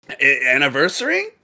anniversary